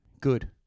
good